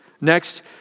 Next